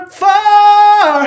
far